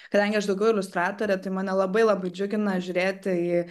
kadangi aš daugiau iliustratorė tai mane labai labai džiugina žiūrėti į